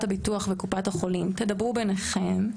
הביטוח וקופת החולים תדברו ביניכם.